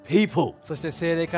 people